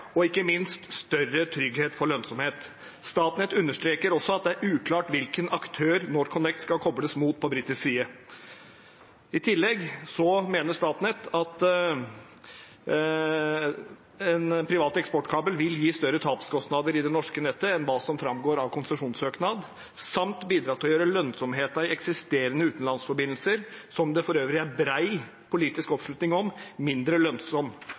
og ikke minst større trygghet for lønnsomhet. Statnett understreker også at det er uklart hvilken aktør NorthConnect skal kobles mot på britisk side. I tillegg mener Statnett at en privat eksportkabel vil gi større tapskostnader i det norske nettet enn det som framgår av konsesjonssøknaden, samt bidra til å gjøre lønnsomheten i eksisterende utenlandsforbindelser – som det for øvrig er bred politisk oppslutning om – mindre.